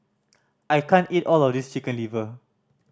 I can't eat all of this Chicken Liver